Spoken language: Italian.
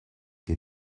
che